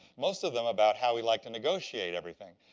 most of them about how he liked to negotiate everything.